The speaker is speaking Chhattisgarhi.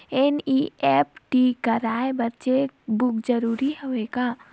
एन.ई.एफ.टी कराय बर चेक बुक जरूरी हवय का?